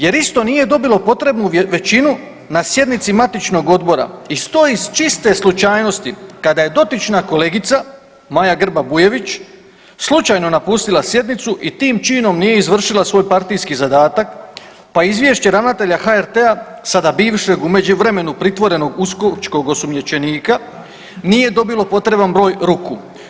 Jer isto nije dobilo potrebnu većinu na sjednici matičnog odbora i to iz čiste slučajnosti kada je dotična kolegica Maja Grba Bujević slučajno napustila sjednicu i tim činom nije izvršila svoj partijski zadatak, pa izvješće ravnatelja HRT-a, sada bivšeg, u međuvremenu pritvorenog uskočkog osumnjičenika, nije dobilo potreban broj ruku.